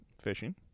Fishing